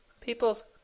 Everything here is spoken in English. People's